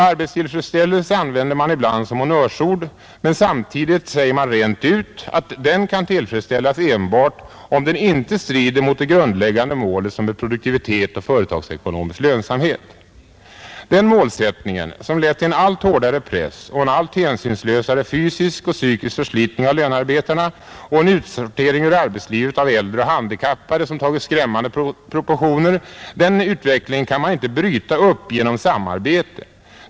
Arbetstillfredsställelse använder man ibland som ett honnörsord men säger samtidigt rent ut att den kan tillfredsställas enbart om den inte strider mot de grundläggande målen som är produktivitet och företagsekonomisk lönsamhet. Den målsättningen, som lett till en allt hårdare press och en allt hänsynslösare fysisk och psykisk förslitning av lönarbetarna och en utsortering ur arbetslivet av äldre och handikappade som tagit skrämmande proportioner, kan man inte bryta upp genom samarbete.